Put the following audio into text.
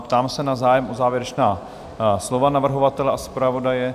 Ptám se na zájem o závěrečná slova navrhovatele a zpravodaje?